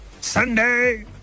Sunday